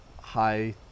high